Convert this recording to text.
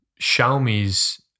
Xiaomi's